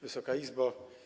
Wysoka Izbo!